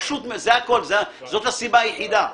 פשוט, זה הכול, זאת הסיבה היחידה.